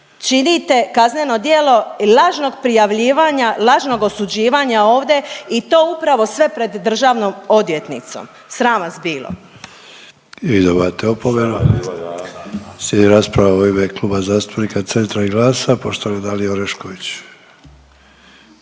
činite kazneno djelo lažnog prijavljivanja, lažnog osuđivanja ovdje i to upravo sve pred državnom odvjetnicom. Sram vas bilo.